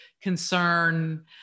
concern